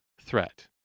threat